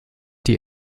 die